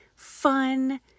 fun